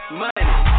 money